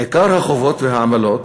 עיקר החובות והעמלות